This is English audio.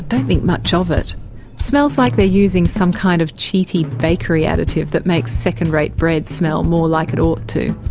don't think much of it. it smells like they're using some kind of cheaty bakery additive that makes second-rate bread smell more like it ought to.